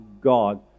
God